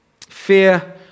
Fear